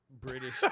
British